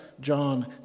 John